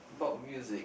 pop music